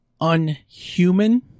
unhuman